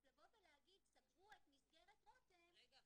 אז לבוא ולהגיד שסגרו את מסגרת 'רותם' --- רגע,